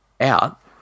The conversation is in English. out